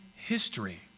history